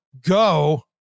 go